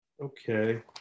Okay